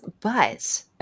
but-